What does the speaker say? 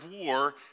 war